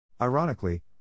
Ironically